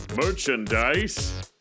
Merchandise